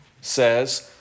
says